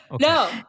no